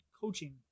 coaching